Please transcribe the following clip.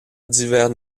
divers